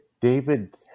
David